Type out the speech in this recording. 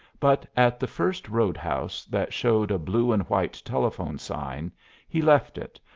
but at the first roadhouse that showed a blue-and-white telephone sign he left it,